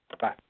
Bye